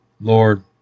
Lord